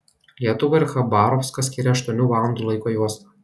lietuvą ir chabarovską skiria aštuonių valandų laiko juosta